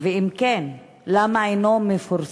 3. אם כן, למה אין הוא מפורסם?